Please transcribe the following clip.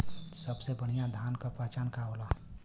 सबसे बढ़ियां धान का पहचान का होला?